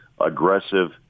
aggressive